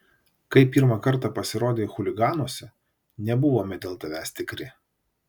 kai pirmą kartą pasirodei chuliganuose nebuvome dėl tavęs tikri